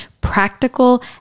practical